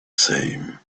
same